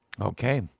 Okay